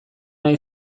nahi